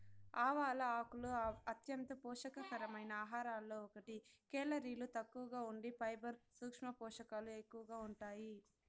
ఆవాల ఆకులు అంత్యంత పోషక కరమైన ఆహారాలలో ఒకటి, కేలరీలు తక్కువగా ఉండి ఫైబర్, సూక్ష్మ పోషకాలు ఎక్కువగా ఉంటాయి